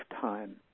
time